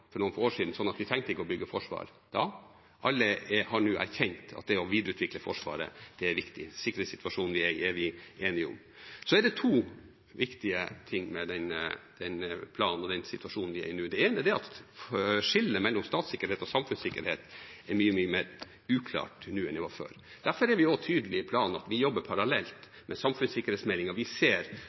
for noen få år siden, så vi trengte ikke å bygge forsvar da. Alle har nå erkjent at det å videreutvikle Forsvaret er viktig. Sikkerhetssituasjonen er vi enige om. Det er to viktige ting med planen og den situasjonen vi er i nå. Det ene er at skillet mellom statssikkerhet og samfunnssikkerhet er mye mer uklart nå enn det var før. Derfor er vi i planen også tydelige på at vi jobber parallelt med samfunnssikkerhetsmeldinga. Vi ser